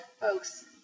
folks